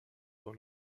dans